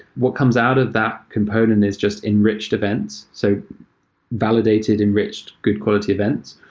what comes out of that component is just enriched events. so validated enriched good quality events.